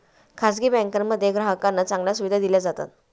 खासगी बँकांमध्ये ग्राहकांना चांगल्या सुविधा दिल्या जातात